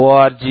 org mbed